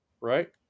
right